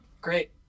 great